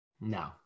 No